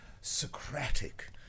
Socratic